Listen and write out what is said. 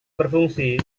berfungsi